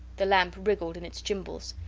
the lamp wriggled in its gimbals,